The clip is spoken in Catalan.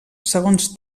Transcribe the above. segons